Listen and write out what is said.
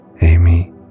Amy